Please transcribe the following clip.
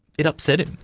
it upset him.